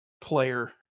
player